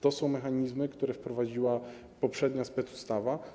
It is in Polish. To są mechanizmy, które wprowadziła poprzednia specustawa.